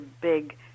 big